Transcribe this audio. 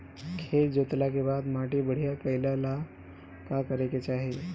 खेत जोतला के बाद माटी बढ़िया कइला ला का करे के चाही?